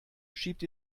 schiebt